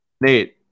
Nate